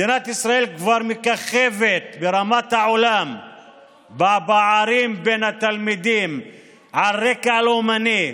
מדינת ישראל מככבת בעולם בפערים בין התלמידים על רקע לאומני,